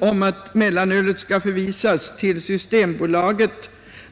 om att mellanölet skall förvisas till systembutikerna.